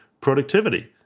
productivity